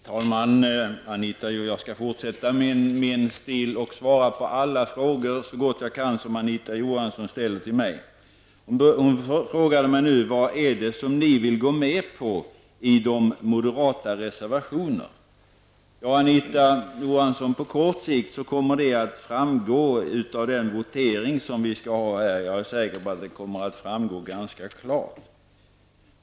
Herr talman! Jag skall fortsätta med min stil och svara på alla frågor som Anita Johansson ställer till mig så gott jag kan. Hon frågade mig vad det är som vi vill gå med på i de moderata reservationerna. Det kommer, Anita Johansson, på kort sikt att framgå av den votering som vi skall ha här. Jag är säker på att det kommer att framgå ganska klart.